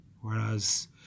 Whereas